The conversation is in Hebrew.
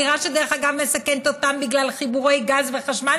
דירה שדרך אגב מסכנת אותם בגלל חיבורי גז וחשמל,